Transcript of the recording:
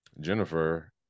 Jennifer